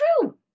true